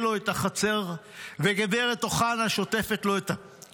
לו את החצר והגברת אוחנה שוטפת לו את הבית,